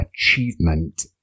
Achievement